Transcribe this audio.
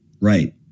Right